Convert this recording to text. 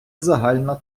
загальна